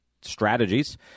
strategies